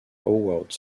howard